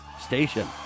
station